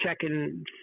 second